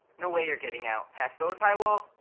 no way you're getting out. past those high walls?